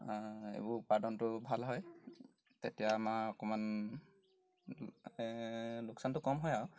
এইবোৰ উৎপাদনটো ভাল হয় তেতিয়া আমাৰ অকণমান লোকচানটো কম হয় আৰু